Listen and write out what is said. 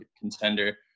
contender